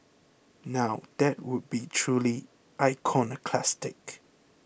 now that would be truly iconoclastic